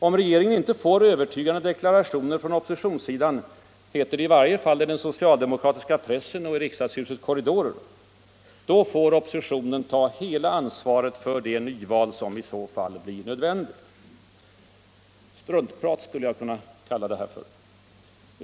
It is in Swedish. Om regeringen inte får deklarationer från oppositionssidan, heter det i varje fall i den socialdemokratiska pressen och i riksdagshusets korridorer, då får oppositionen ta hela ansvaret för det nyval som i så fall blir nödvändigt. Struntprat, skulle jag kunna kalla det här för.